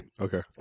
Okay